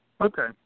Okay